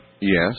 Yes